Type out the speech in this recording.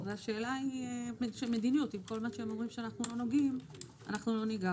זה שאלה של מדיניות אם אנחנו לא ניגע